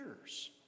years